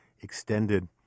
extended